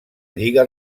lliga